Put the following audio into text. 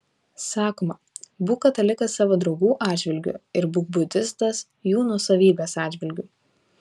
sakoma būk katalikas savo draugų atžvilgių ir būk budistas jų nuosavybės atžvilgiu